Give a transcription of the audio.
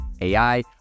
AI